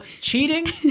cheating